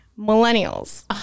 millennials